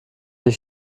ich